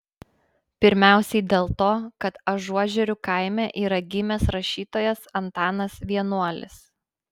pirmiausiai dėl to kad ažuožerių kaime yra gimęs rašytojas antanas vienuolis